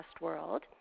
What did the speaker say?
world